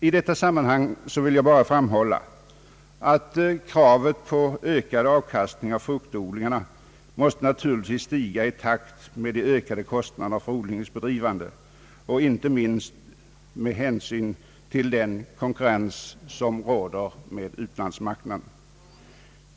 I detta sammanhang vill jag bara framhålla att kravet på ökad avkastning av fruktodlingarna naturligtvis måste stiga i takt med de ökade kostnaderna för odlingens bedrivande och inte minst med hänsyn till den rådande konkurrensen på världsmarknaden.